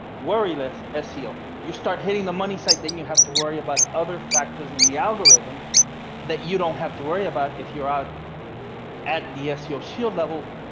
worry less ah seo, you start hitting the money site, then you have to worry about other factors in the algorithm that you don't have to worry about. if you're out at the seo shield level,